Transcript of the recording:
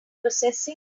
processing